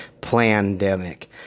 plandemic